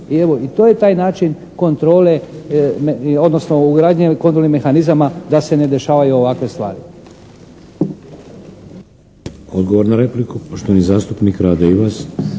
i to je taj način kontrole odnosno ugradnje kontrolnih mehanizama da se ne dešavaju ovakve stvari.